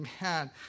man